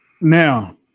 Now